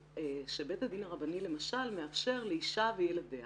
שבית הדין הרבני, למשל, מאפשר לאישה וילדיה